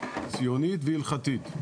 ציונית והלכתית.